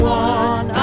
one